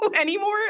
anymore